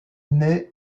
née